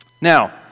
Now